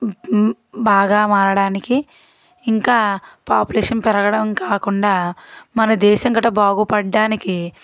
బాగా మారడానికి ఇంకా పాపులేషన్ పెరగడం కాకుండా మన దేశం గట్రా బాగుపడ్డానికి